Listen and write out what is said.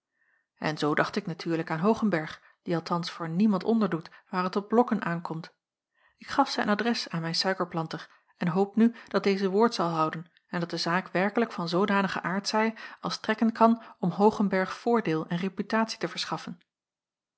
en zoo dacht ik natuurlijk aan oogenberg die althans voor niemand onderdoet waar t op blokken aankomt ik gaf zijn adres aan mijn suikerplanter en hoop nu dat deze woord zal houden en dat de zaak werkelijk van zoodanigen aard zij als strekken kan om hoogenberg voordeel en reputatie te verschaffen